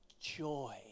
joy